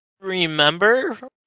remember